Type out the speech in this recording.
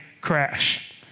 crash